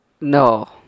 No